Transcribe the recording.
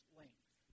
length